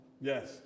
Yes